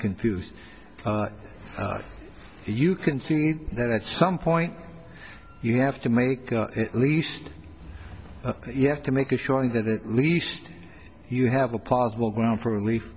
confused you can see that at some point you have to make least you have to make a showing that at least you have a possible ground for relief